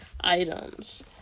items